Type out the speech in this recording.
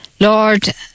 Lord